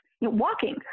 Walking